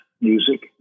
Music